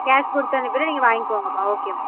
cash கொடுத்தனுப்பிர்றேன் நீங்கள் வாங்கிக்கங்கம்மா ஓகேம்மா